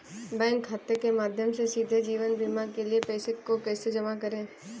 Bank खाते के माध्यम से सीधे जीवन बीमा के लिए पैसे को कैसे जमा करें?